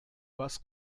was